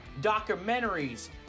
documentaries